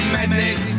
Madness